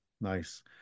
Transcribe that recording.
Nice